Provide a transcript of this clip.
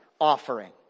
offering